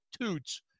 Toots